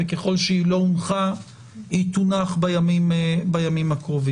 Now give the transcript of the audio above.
וככל שהיא לא הונחה היא תונח בימים הקרובים.